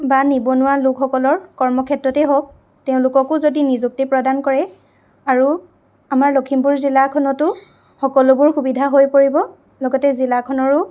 বা নিবনুৱা লোকসকলৰ কৰ্মক্ষেত্ৰতেই হওক তেওঁলোককো যদি নিযুক্তি প্ৰদান কৰে আৰু আমাৰ লখিমপুৰ জিলাখনতো সকলোবোৰ সুবিধা হৈ পৰিব লগতে জিলাখনৰো